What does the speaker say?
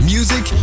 Music